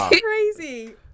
crazy